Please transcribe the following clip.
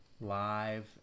live